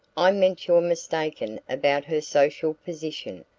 i meant you're mistaken about her social position.